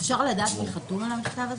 אפשר לדעת מי חתום על המכתב הזה?